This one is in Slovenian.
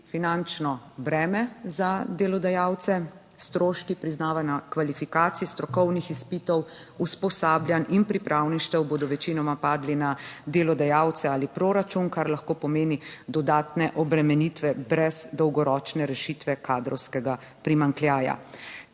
finančno breme za delodajalce, stroški priznavanja kvalifikacij, strokovnih izpitov, usposabljanj in pripravništev bodo večinoma padli na delodajalce ali proračun, kar lahko pomeni dodatne obremenitve brez dolgoročne rešitve kadrovskega primanjkljaja.